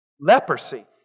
Leprosy